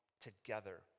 together